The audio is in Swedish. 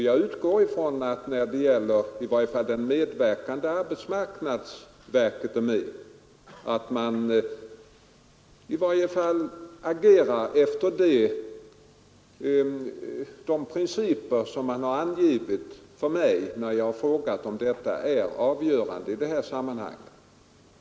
Jag utgår ifrån att man — i varje fall när arbetsmarknadsverket är med — agerar efter de principer som man har angivit för mig, när jag har frågat om detta är avgörande i det här sammanhanget.